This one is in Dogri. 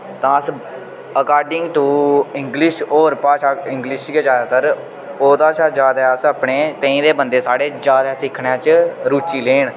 तां अस अकार्डिंग टू इंग्लिश होर भाशा इंग्लिश गै ज्यादातर ओह्दे शा ज्यादा अस अपने तेईं दे बन्दे साढ़े ज्यादा सिक्खने च रुचि लैन